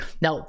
now